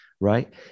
right